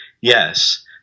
yes